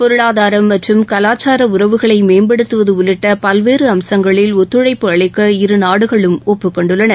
பொருளாதாரம் மற்றும் கலாச்சார உறவுகளை மேம்படுத்துவது உள்ளிட்ட பல்வேறு அம்சங்களில் ஒத்துழைப்பு அளிக்க இருநாடுகளும் ஒப்பு கொண்டுள்ளன